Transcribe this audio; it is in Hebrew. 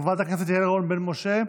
חברת הכנסת יעל רון בן משה,